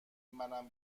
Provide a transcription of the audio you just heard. منم